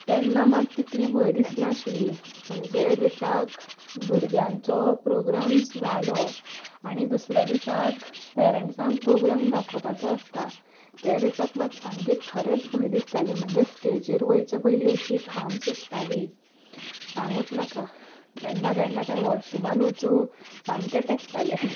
तेन्ना मात तितली भंय दिसनाशिल्ली पूण ज्या दिसाक भुरग्यांचो प्रोग्राम जालो आनी दुसऱ्या दिसाक पेरेंण्ट्सांक प्रोग्राम दाखोपाचो आसता त्या दिसाक मात सामकी खरेंच भंय दिसताली म्हणजे स्टेजीर वचचे पयलीं अशो घाम सुट्टालो सांगच नाका तेन्ना केन्ना काय वॉशरूमांत वचूं सामकें तेंकतालें